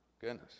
Goodness